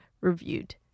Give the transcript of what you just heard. reviewed